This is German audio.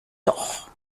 doch